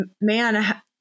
man